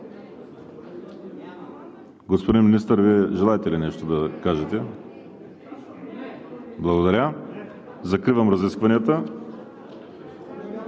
Господин Министър, Вие желаете ли нещо да кажете? Не. Благодаря. Закривам разискванията.